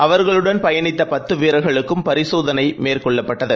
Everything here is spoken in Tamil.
அவர்களுடன் பயணித்த பத்து வீரர்களுக்கும் பரிசோதனை மேற்கொள்ளப்பட்டது